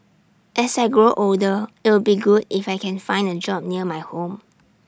as I grow older it'll be good if I can find A job near my home